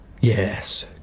Yes